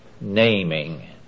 naming